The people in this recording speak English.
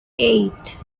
eight